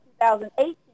2018